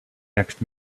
next